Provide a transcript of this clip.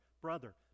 brother